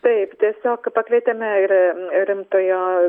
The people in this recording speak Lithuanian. taip tiesiog pakvietėme ir rimtojo